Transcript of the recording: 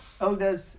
elders